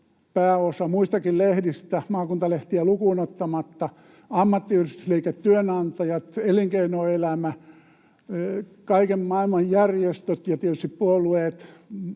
pääosa muistakin lehdistä maakuntalehtiä lukuun ottamatta, ammattiyhdistysliike, työnantajat, elinkeinoelämä, kaiken maailman järjestöt ja tietysti puolueet